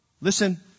listen